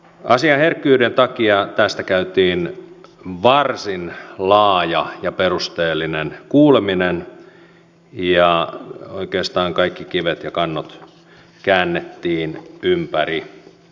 asian herkkyyden takia tästä käytiin varsin laaja ja perusteellinen kuuleminen ja oikeastaan kaikki kivet ja kannot käännettiin ympäri